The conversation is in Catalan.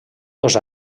dos